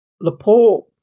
Laporte